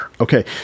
Okay